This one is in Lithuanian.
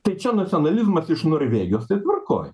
tai čia nacionalizmas iš norvegijos tai tvarkoj